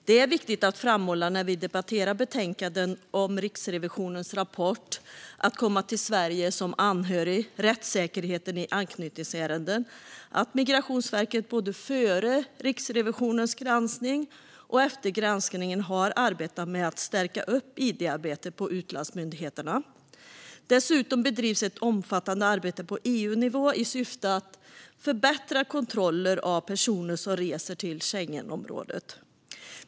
Det är viktigt att framhålla när vi debatterar betänkandet om Riksrevisionens rapport Att komma till Sverige som anhörig - rättssäkerheten i anknytningsärenden att Migrationsverket både före och efter Riksrevisionens granskning har arbetat med att stärka id-arbetet på utlandsmyndigheterna. Dessutom bedrivs ett omfattande arbete på EU-nivå i syfte att förbättra kontroller av personer som reser till Schengenområdet.